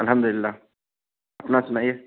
الحمد للہ اپنا سناائیے